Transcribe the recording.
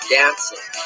dancing